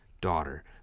daughter